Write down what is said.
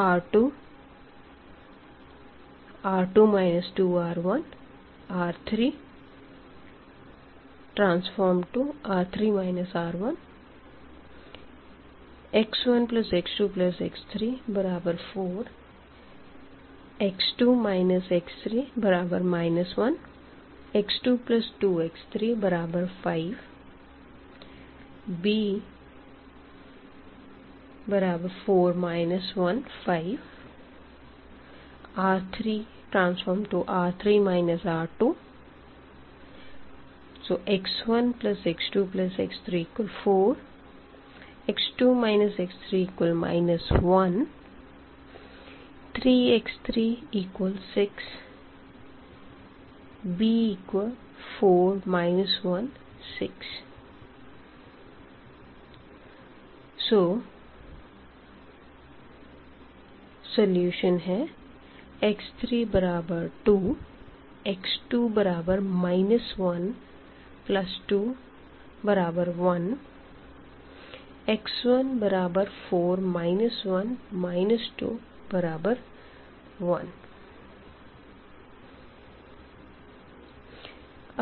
R2R2 2R1 R3R3 R1 x1x2x34 x2 x3 1 x22x35 b4 1 5 R3R3 R2 x1x2x34 x2 x3 1 3x36 b4 1 6 Solution x32 x2 121 x14 1 21